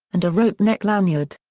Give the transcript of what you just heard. and a rope neck lanyard.